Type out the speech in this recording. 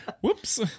Whoops